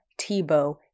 Tebow